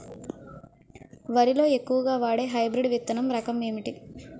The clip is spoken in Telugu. వరి లో ఎక్కువుగా వాడే హైబ్రిడ్ విత్తన రకం ఏంటి?